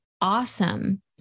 awesome